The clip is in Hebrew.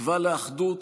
תקווה לאחדות,